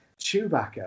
Chewbacca